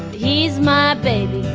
he's my baby.